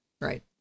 right